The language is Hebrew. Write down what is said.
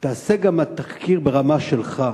תעשה גם תחקיר ברמה שלך,